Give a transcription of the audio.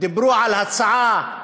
דיברו על הצעת